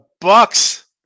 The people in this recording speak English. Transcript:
Bucks